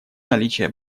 наличие